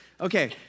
Okay